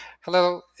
Hello